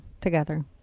together